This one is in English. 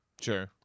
Sure